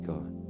God